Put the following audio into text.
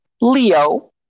Leo